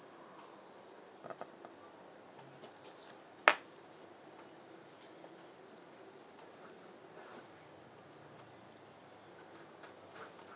err